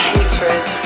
Hatred